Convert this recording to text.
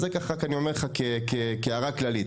אז זה ככה אני אומר לך כהערה כללית.